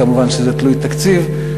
וכמובן זה תלוי תקציב.